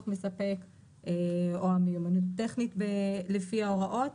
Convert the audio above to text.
מספק או מיומנות טכנית לפי ההוראות.